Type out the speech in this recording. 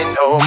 no